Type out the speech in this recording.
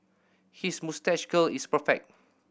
his moustache curl is perfect